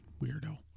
Weirdo